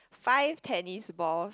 five tennis balls